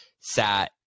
sat